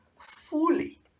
fully